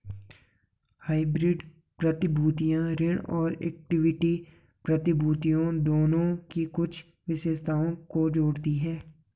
hybrid प्रतिभूतियां ऋण और इक्विटी प्रतिभूतियों दोनों की कुछ विशेषताओं को जोड़ती हैं